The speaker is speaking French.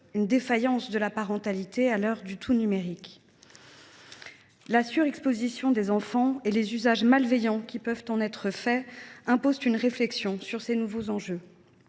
défaillance de la parentalité à l’heure du tout numérique. La surexposition des enfants et les usages malveillants qu’elle peut susciter imposent une réflexion sur ces nouveaux enjeux.